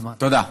תודה.